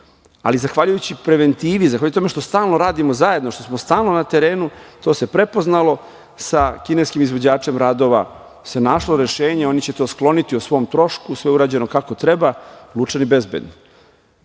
zahvaljujući preventivi, zahvaljujući tome što stalno radimo zajedno, što smo stalno na terenu, to se prepoznalo sa kineskim izvođačem radova se našlo rešenje. Oni će to skloniti o svom trošku. Sve je urađeno kako treba. Lučani bezbedni. Ove